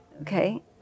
okay